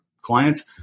clients